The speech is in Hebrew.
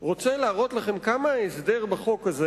רוצה להראות לכם כמה ההסדר בחוק הזה